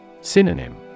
Synonym